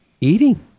eating